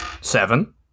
seven